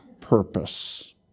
purpose